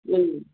अँ